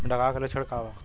डकहा के लक्षण का वा?